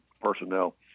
personnel